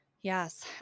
Yes